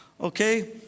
Okay